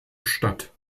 statt